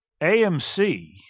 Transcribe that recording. AMC